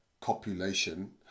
copulation